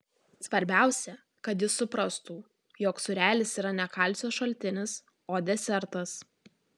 svarbiausia kad jis suprastų jog sūrelis yra ne kalcio šaltinis o desertas